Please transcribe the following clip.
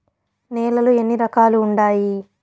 నేలలు ఎన్ని రకాలు వుండాయి?